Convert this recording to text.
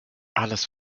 alles